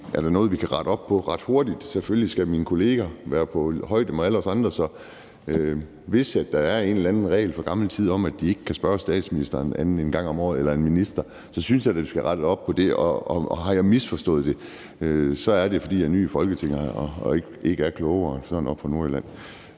er da noget, vi kan rette op på ret hurtigt. Selvfølgelig skal mine kollegaer være på højde med alle os andre. Så hvis der er en eller anden regel fra gammel tid om, at de ikke kan spørge statsministeren eller en minister ud over en gang om året, så synes jeg da, vi skal rette op på det. Har jeg misforstået det, er det, fordi jeg er ny i Folketinget og ikke er klogere; jeg er sådan oppe fra Nordjylland.